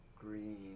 green